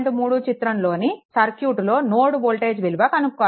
3 చిత్రంలోని సర్క్యూట్లో node voltage విలువ కనుక్కోవాలి